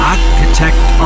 Architect